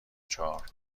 چهار